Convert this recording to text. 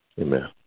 Amen